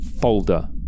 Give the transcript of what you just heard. folder